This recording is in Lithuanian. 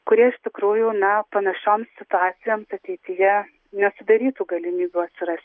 kurie iš tikrųjų na panašioms situacijoms ateityje nesudarytų galimybių atsirast